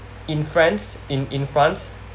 in france in in france